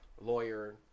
lawyer